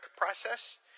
process